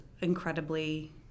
incredibly